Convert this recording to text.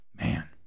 Man